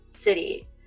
city